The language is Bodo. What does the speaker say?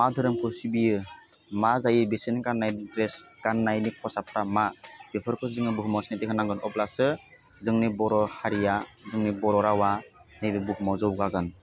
मा दोरोमखौ सिबियो मा जायो बेसोरनि गान्नाय ड्रेस गान्नायनि खसाबफ्रा मा बेफोरखौ जोङो बुहुमाव सिनायथि होनांगोन अब्लासो जोंनि बर' हारिया जोंनि बर' रावा नैबे बुहुमाव जौगागोन